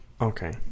Okay